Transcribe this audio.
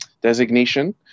designation